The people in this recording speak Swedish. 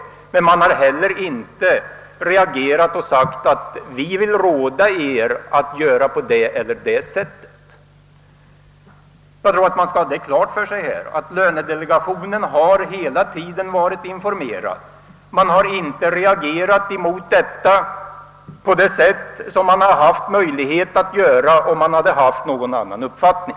Men delegationen har heller inte reagerat och sagt att den ville tillråda att göra på det eller det sättet. Man skall alltså ha klart för sig att lönedelegationen hela tiden varit informerad men inte reagerat på det sätt som den haft möjlighet att göra, om den haft någon annan uppfattning.